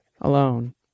alone